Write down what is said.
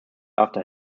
after